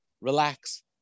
relax